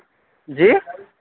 جی